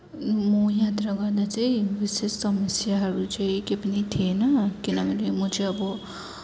म यात्रा गर्न चाहिँ विशेष समस्याहरू चाहिँ केही पनि थिएन किनभने म चाहिँ अब